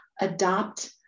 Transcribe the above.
adopt